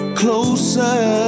closer